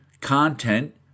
content